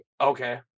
okay